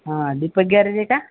हा दीपक ग्यारेज आहे का